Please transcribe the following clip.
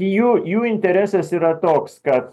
jų jų interesas yra toks kad